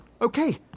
Okay